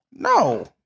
No